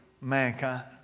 mankind